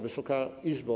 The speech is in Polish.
Wysoka Izbo!